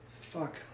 Fuck